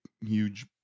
huge